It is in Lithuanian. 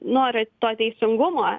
nori to teisingumo